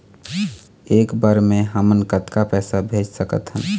एक बर मे हमन कतका पैसा भेज सकत हन?